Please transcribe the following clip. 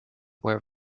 where